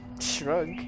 Shrug